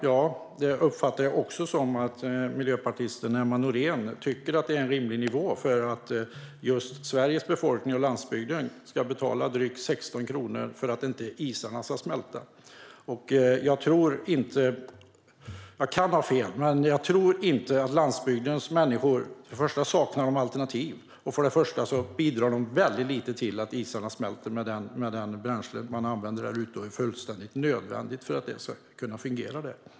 Jag uppfattar att miljöpartisten Emma Nohrén tycker att de ligger på en rimlig nivå och att Sveriges befolkning på landsbygden ska betala drygt 16 kronor för att isarna inte ska smälta. Landsbygdens människor saknar för det första alternativ. För det andra tror jag - men jag kan ha fel - att folk där ute bidrar väldigt lite till att isarna smälter med tanke på den mängd bränsle de använder. Den är fullständigt nödvändig för att allt ska fungera där.